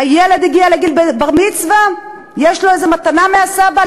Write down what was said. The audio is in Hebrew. הילד הגיע לגיל בר-מצווה, יש לו מתנה מהסבא?